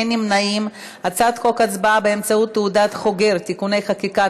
את הצעת חוק הצבעה באמצעות תעודת חוגר (תיקוני חקיקה),